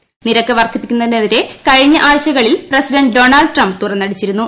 വായ്പാ നിരക്ക് വർദ്ധിപ്പിക്കുന്നതിനെതിരെ കഴിഞ്ഞ ആഴ്ചകളിൽ പ്രസിഡന്റ് ഡൊണാൾഡ് ട്രംപ് തുറന്നടിച്ചിരുന്നു